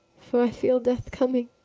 for i feel death coming.